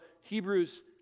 Hebrews